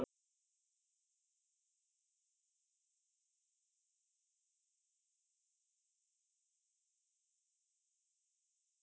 mm